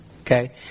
Okay